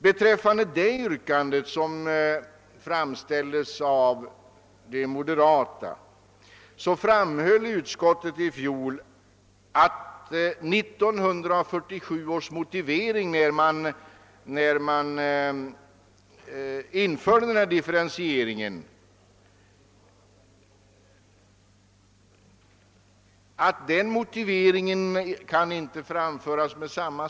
Utskottet medger att de skäl som 1947 föranledde denna differentiering inte med samma styrka kan anföras i dag.